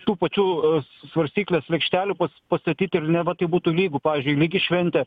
tų pačių svarstyklės lėkštelių pas pastatyti ir neva tai būtų lygu pavyzdžiui lygi šventė